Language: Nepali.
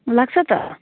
लाग्छ त